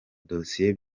dosiye